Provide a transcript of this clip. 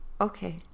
Okay